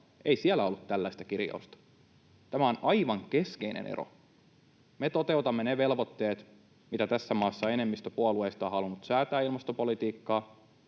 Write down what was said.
Ei siellä ollut tällaista kirjausta. Tämä on aivan keskeinen ero. Me toteutamme ne velvoitteet, mitä tässä maassa enemmistö puolueista on halunnut säätää ilmastopolitiikkaan,